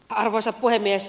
arvoisa puhemies